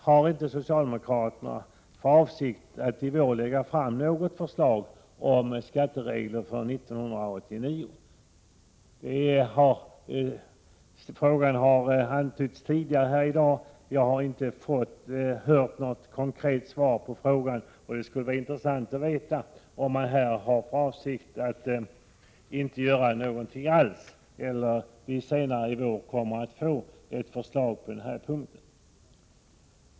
Har inte socialdemokraterna för avsikt att i vår lägga fram något förslag om skatteregler för 1989? Frågan har antytts tidigare här i dag, men jag har inte hört något konkret svar på den. Det skulle vara intressant att få veta om man har för avsikt att inte göra någonting alls eller om vi senare i år kommer att få ett förslag när det gäller denna fråga.